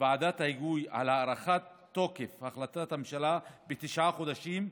לוועדת ההיגוי על הארכת תוקף החלטת הממשלה בתשעה חודשים,